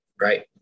right